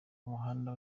umuhanda